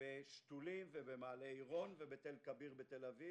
בשתולים ובמעלה עילון ובתל כביר בתל-אביב